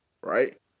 Right